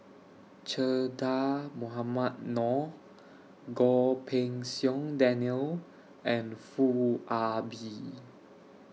Che Dah Mohamed Noor Goh Pei Siong Daniel and Foo Ah Bee